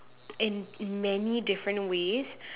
in many different ways